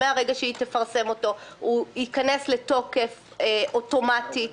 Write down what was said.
מרגע שהיא תפרסם אותו הוא ייכנס לתוקף אוטומטית